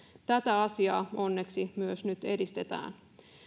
tätä asiaa onneksi nyt edistetään